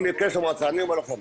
אני אומר לכם,